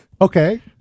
Okay